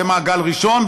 זה המעגל הראשון,